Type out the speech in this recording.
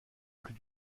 plus